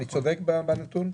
אני צודק בנתון?